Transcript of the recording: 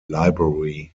library